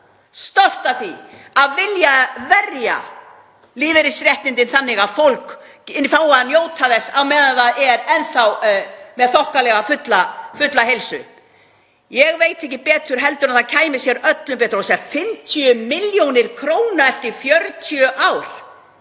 stolt af því að vilja verja lífeyrisréttindi þannig að fólk fái að njóta þess á meðan það er enn þá við þokkalega fulla heilsu. Ég veit ekki betur en að það kæmi öllum betur. Og 50 millj. kr. eftir 40 ár